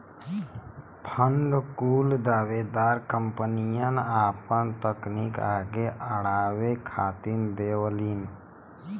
fund कुल दावेदार कंपनियन आपन तकनीक आगे अड़ावे खातिर देवलीन